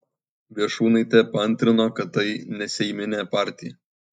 viešūnaitė paantrino kad tai neseiminė partija